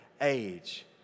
age